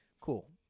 Cool